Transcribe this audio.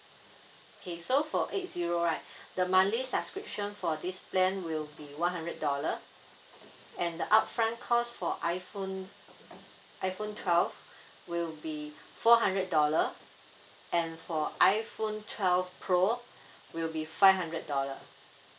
okay so for eight zero right the monthly subscription for this plan will be one hundred dollar and the upfront cost for iphone iphone twelve will be four hundred dollar and for iphone twelve pro will be five hundred dollar